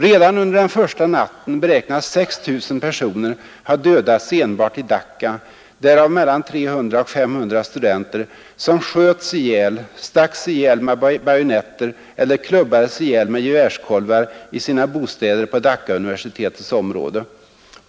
Redan under den första natten beräknas 6 000 personer ha dödats enbart i Dacca, därav mellan 300 och 500 studenter som sköts ihjäl, stacks ihjäl med bajonetter eller klubbades ihjäl med gevärskolvar i sina bostäder på Daccauniversitetets område.